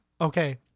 Okay